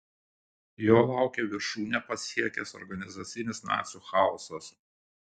jo laukė viršūnę pasiekęs organizacinis nacių chaosas